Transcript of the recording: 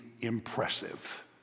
impressive